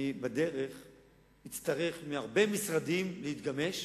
בדרך אני אצטרך שהרבה משרדים יתגמשו,